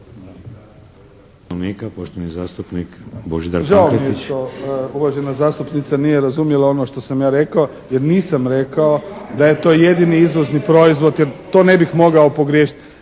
Poštovani zastupnik Božidar Pankretić.